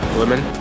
women